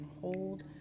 hold